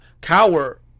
cower